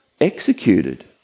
executed